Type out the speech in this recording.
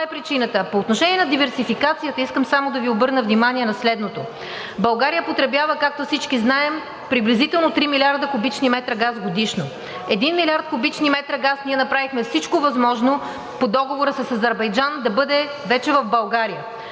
това е причината. По отношение на диверсификацията искам само да Ви обърна внимание на следното. България потребява, както всички знаем, приблизително 3 милиарда кубични метра газ годишно. Един милиард кубични метра газ ние направихме всичко възможно по договора с Азербайджан да бъде вече в България.